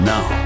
Now